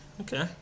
Okay